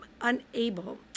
unable